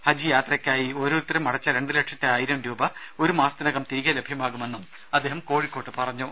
ഹജ്ജ് യാത്രയ്ക്കായി ഓരോരുത്തരും അടച്ച രണ്ട് ലക്ഷത്തി ആയിരം രൂപ ഒരു മാസത്തിനകം തിരികെ ലഭ്യമാകുമെന്നും അദ്ദേഹം കോഴിക്കോട്ട് അറിയിച്ചു